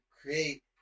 create